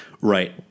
Right